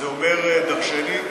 זה אומר דרשני.